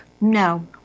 No